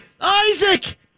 Isaac